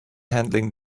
handling